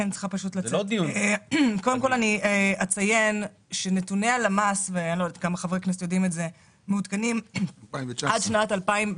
קודם אציין שנתוני הלמ"ס מעודכנים עד לשנת 2019,